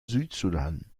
südsudan